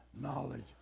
knowledge